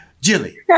Jilly